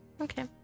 Okay